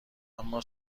اما